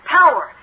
power